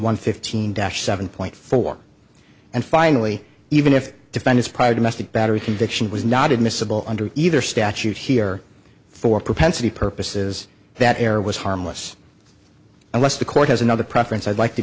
one fifteen dash seven point four and finally even if defenders prior domestic battery conviction was not admissible under either statute here for propensity purposes that error was harmless unless the court has another preference i'd like to